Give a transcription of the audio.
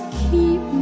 keep